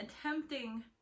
attempting